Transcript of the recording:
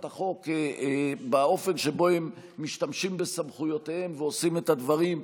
החוק באופן שבו הם משתמשים בסמכויותיהם ועושים את הדברים,